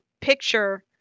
picture